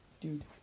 dude